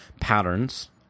patterns